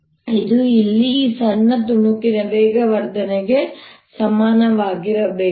ಮತ್ತು ಇದು ಇಲ್ಲಿ ಈ ಸಣ್ಣ ತುಣುಕಿನ ವೇಗವರ್ಧನೆಗೆ ಸಮನಾಗಿರಬೇಕು